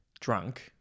drunk